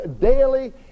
daily